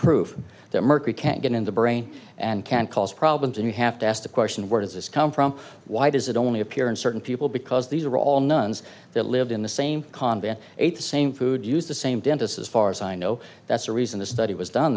proof that mercury can't get in the brain and can cause problems and you have to ask the question where does this come from why does it only appear in certain people because these are all nuns that lived in the same convent ate the same food use the same dentist as far as i know that's the reason this study was do